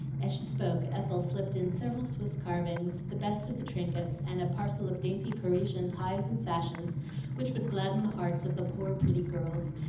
as she spoke ethel slipped in several swiss carvings, the best of the trinkets, and a parcel of dainty parisian ties and sashes which would gladden the hearts of the poor, pretty girls,